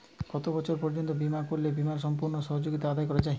কত বছর পর্যন্ত বিমা করলে বিমার সম্পূর্ণ সুযোগ আদায় করা য়ায়?